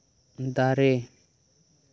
ᱫᱟᱨᱮᱹ